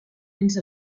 fins